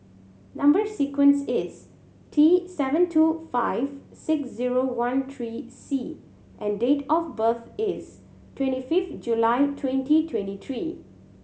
number sequence is T seven two five six zero one three C and date of birth is twenty fifth July twenty twenty three